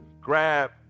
grab